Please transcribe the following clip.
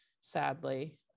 sadly